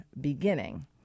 beginning